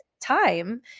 time